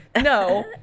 No